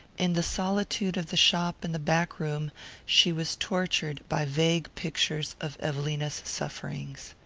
in the solitude of the shop and the back room she was tortured by vague pictures of evelina's sufferings.